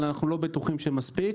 אבל אנחנו לא בטוחים שמספיק.